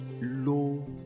low